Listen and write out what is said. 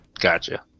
gotcha